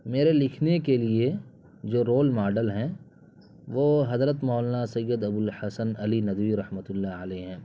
میرے لکھنے کے لیے جو رول ماڈل ہیں وہ حضرت مولانا سید ابوالحسن علی ندوی رحمۃ اللہ علیہ ہیں